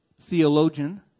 theologian